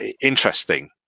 interesting